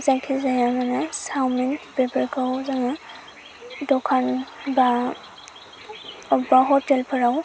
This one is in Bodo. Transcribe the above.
जायखिजाया मानो सावमिन बेफोरखौ जोङो दखान बा अबेबा हटेलफोराव